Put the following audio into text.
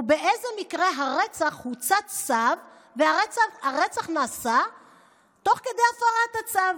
באילו ממקרי הרצח הוצא צו והרצח נעשה תוך כדי הפרת הצו?